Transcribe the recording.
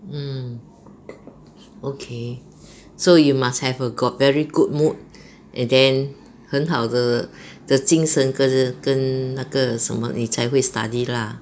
mm okay so you must have a got very good mood and then 很好的的精神跟跟那个什么你才会 study lah